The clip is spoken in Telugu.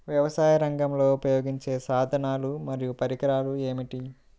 వ్యవసాయరంగంలో ఉపయోగించే సాధనాలు మరియు పరికరాలు ఏమిటీ?